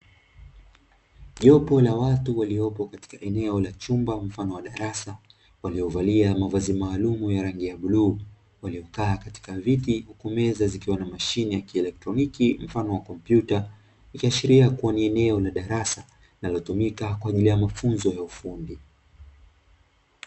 Jopo la watu waliopo katika eneo mfano wa chumba ama darasa, waliovalia mavazi maalumu ya rangi ya bluu. waliokaa katika viti na juu ya meza kuna mashine ya kieletroniki mfano kompyuta. Ikiashiria kuwa ni eneo la darasa linalotumika kwa ajili ya mafunzo ya ufundi.